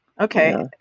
Okay